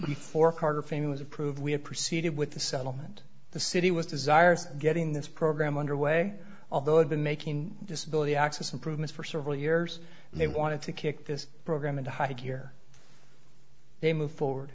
before carter fein was approved we had proceeded with the settlement the city was desirous of getting this program underway although i've been making disability access improvements for several years and they wanted to kick this program into high gear they move forward